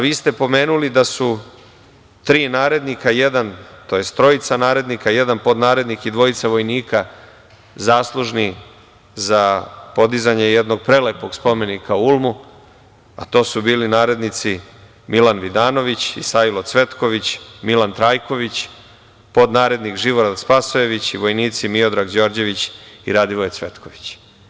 Vi ste pomenuli da su trojica narednika, jedan podnarednik i dvojica vojnika zaslužni za podizanje jednog prelepog spomenika u Ulmu, a to su bili narednici Milan Vidanović, Isailo Cvetković, Milan Trajković, podnarednik Živorad Spasojević i vojnici Miodrag Đorđević i Radivoje Cvetković.